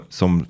som